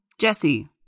Jesse